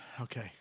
okay